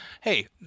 hey